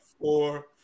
four